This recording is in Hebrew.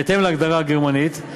בהתאם להגדרה הגרמנית,